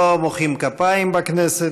לא מוחאים כפיים בכנסת.